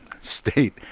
State